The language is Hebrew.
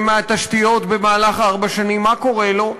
מהתשתיות במהלך ארבע שנים, מה קורה לו?